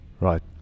right